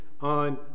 on